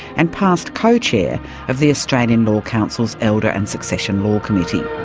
and past co-chair of the australian law council's elder and succession law committee.